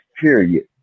period